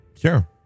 Sure